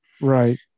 right